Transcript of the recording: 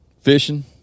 fishing